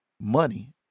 money